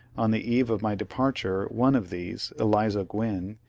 on the eve of my departure one of these, eliza gwynn,